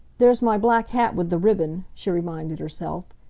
there's my black hat with the ribbon, she reminded herself.